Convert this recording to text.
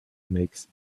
makes